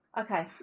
Okay